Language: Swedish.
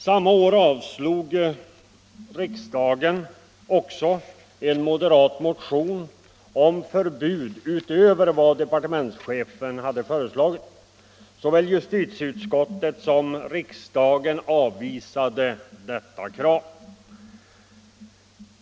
Samma år avslog riksdagen också en moderat motion om förbud utöver vad departementschefen hade föreslagit. Såväl justitieutskottet som riksdagen avvisade detta krav.